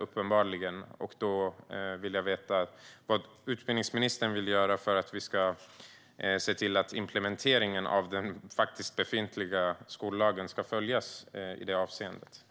uppenbarligen inte. Vad vill utbildningsministern göra för att se till att implementeringen av den befintliga skollagen följs i det avseendet?